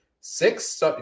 six